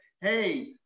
hey